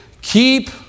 keep